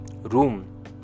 room